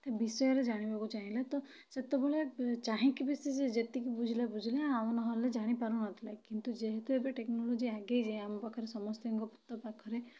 ତା' ବିଷୟରେ ଜାଣିବାକୁ ଚାହିଁଲେ ତ ସେତେବେଳେ ଚାହିଁକି ବି ସେ ଯେ ଯେତିକି ବୁଝିଲା ବୁଝିଲା ଆଉ ନହେଲେ ଜାଣିପାରୁନଥିଲେ କିନ୍ତୁ ଯେହେତୁ ଏବେ ଟେକ୍ନୋଲୋଜି ଆଗେଇ ଯାଇ ଆମ ପାଖରେ ସମସ୍ତଙ୍କ ତ ପାଖରେ